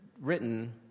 written